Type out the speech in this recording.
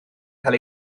cael